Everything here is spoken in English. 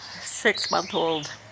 six-month-old